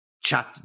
chat